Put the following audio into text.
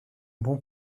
bon